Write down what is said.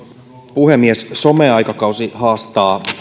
puhemies someaikakausi haastaa